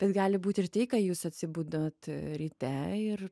bet gali būt ir tei ką jūs atsibudot ryte ir